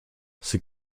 ses